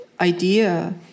idea